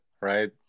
right